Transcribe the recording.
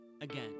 again